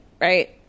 right